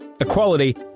equality